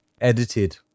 edited